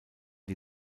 die